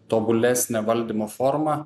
tobulesnė valdymo forma